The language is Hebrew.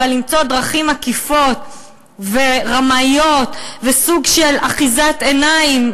אבל למצוא דרכים עקיפות ורמאיות וסוג של אחיזת עיניים,